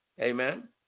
Amen